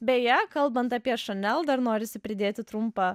beje kalbant apie chanel dar norisi pridėti trumpą